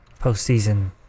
postseason